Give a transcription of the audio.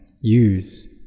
use